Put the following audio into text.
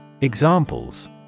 Examples